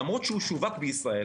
למרות שהוא שווק בישראל.